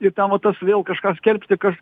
ir ten va tas vėl kažką skelbti kaš